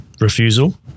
refusal